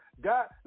God